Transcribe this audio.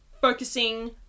focusing